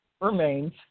Remains